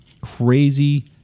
Crazy